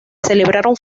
celebraron